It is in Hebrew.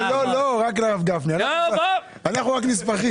לא, לא, רק לרב גפני, אנחנו רק נספחים.